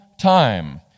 time